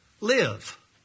Live